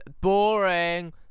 Boring